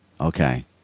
okay